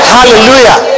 Hallelujah